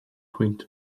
pwynt